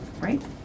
right